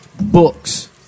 books